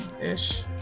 ish